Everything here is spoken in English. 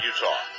Utah